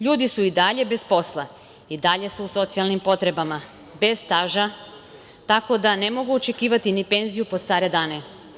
Ljudi su i dalje bez posla, i dalje su u socijalnim potrebama, bez staža, tako da ne mogu očekivati ni penziju pod stare dane.